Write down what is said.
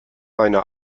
meine